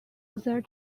their